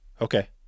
Okay